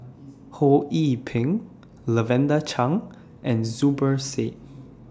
Ho Yee Ping Lavender Chang and Zubir Said